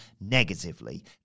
negatively